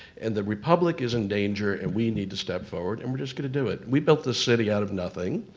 and the republic is in danger, and we need to step forward. and we're just gonna to do it. we built this city out of nothing.